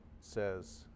says